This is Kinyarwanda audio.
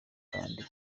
kandi